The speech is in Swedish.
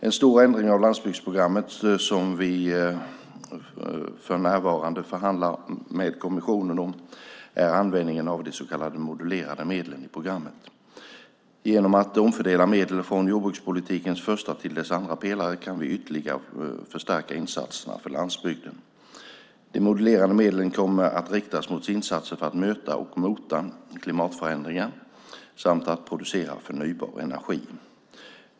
En stor ändring av landsbygdsprogrammet, som vi för närvarande förhandlar med kommissionen om, är användningen av de så kallade modulerade medlen i programmet. Genom att omfördela medel från jordbrukspolitikens första till dess andra pelare kan vi ytterligare förstärka insatserna för landsbygden. De modulerade medlen kommer att riktas mot insatser för att möta och mota klimatförändringar samt att producera förnybar energi.